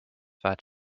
that